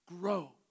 Grow